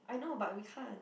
I know but we can't